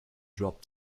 drop